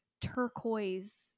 turquoise